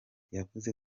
yavuze